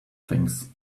things